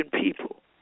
people